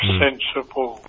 sensible